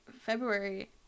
February